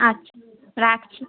আচ্ছা রাখছি